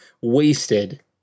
wasted